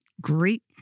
great